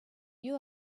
you